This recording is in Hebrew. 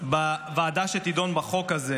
בוועדה שתדון בחוק הזה,